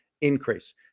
increase